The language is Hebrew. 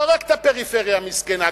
לא רק את הפריפריה המסכנה,